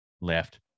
Left